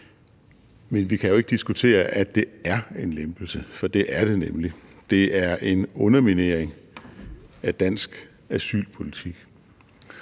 men vi kan jo ikke diskutere, at det er en lempelse, for det er det nemlig. Det er en underminering af dansk asylpolitik.